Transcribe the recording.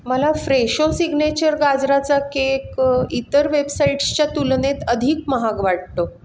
मला Fresho signature गाजराचा cake इतर वेबसाईट्सच्या तुलनेत अधिक महाग वाटतो